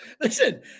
listen